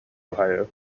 ohio